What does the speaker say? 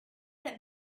that